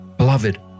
Beloved